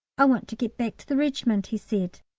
i want to get back to the regiment, he said.